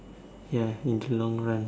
ya in the long run